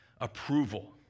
approval